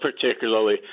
particularly